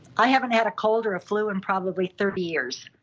i haven't had a cold or a flu in probably thirty years.